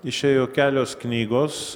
išėjo kelios knygos